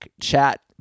chat